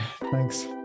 Thanks